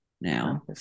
now